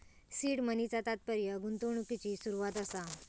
seed मनीचा तात्पर्य गुंतवणुकिची सुरवात असा